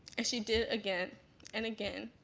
and she did again and again.